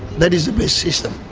that is the best system.